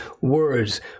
words